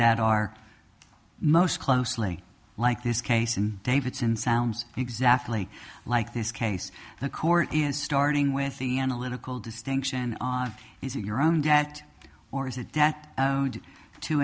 that are most closely like this case in davidson sounds exactly like this case the court is starting with the analytical distinction on using your own debt or is it